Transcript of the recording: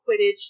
Quidditch